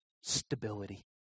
stability